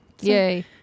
Yay